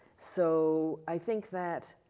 so, i think that